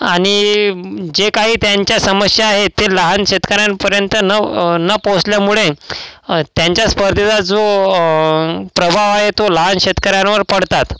आणि जे काही त्यांच्या समस्या आहे ते लहान शेतकऱ्यांपर्यंत न न पोहोचल्यामुळे त्यांच्या स्पर्धेचा जो प्रभाव आहे तो लहान शेतकऱ्यांवर पडतात